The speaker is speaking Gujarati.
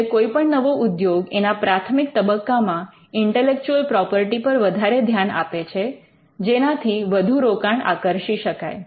એટલે કોઈપણ નવો ઉદ્યોગ એના પ્રાથમિક તબક્કામાં ઇન્ટેલેક્ચુઅલ પ્રોપર્ટી પર વધારે ધ્યાન આપે છે જેનાથી વધુ રોકાણ આકર્ષી શકાય